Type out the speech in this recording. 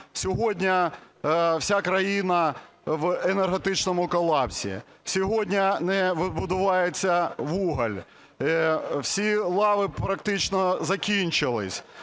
Сьогодні вся країна в енергетичному колапсі. Сьогодні не видобувається вугіль. Всі лави практично закінчились.